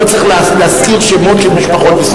לא צריך להזכיר שמות של משפחות.